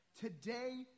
Today